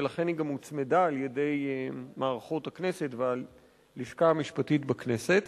ולכן היא גם הוצמדה על-ידי מערכות הכנסת והלשכה המשפטית בכנסת.